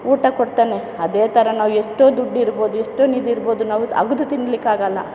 ಊಟ ಕೊಡ್ತಾನೆ ಅದೇ ಥರ ನಾವು ಎಷ್ಟೋ ದುಡ್ಡಿರ್ಬೋದು ಎಷ್ಟೋ ನಿಧಿರ್ಬೋದು ನಾವು ಅಗೆದು ತಿನ್ಲಿಕ್ಕೆ ಆಗಲ್ಲ